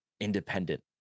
independent